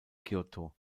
kyōto